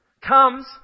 comes